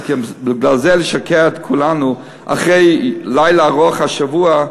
בגלל זה לשגע את כולנו, אחרי לילה ארוך השבוע,